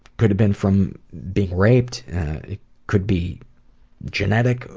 could have been from being raped, it could be genetic,